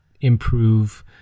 improve